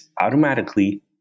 automatically